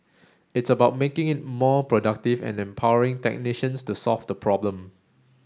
it's about making it more productive and empowering technicians to solve the problem